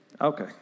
Okay